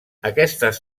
aquestes